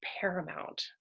paramount